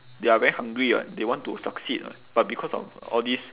they are very hungry [what] they want to succeed [what] but because of all these